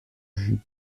vue